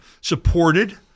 supported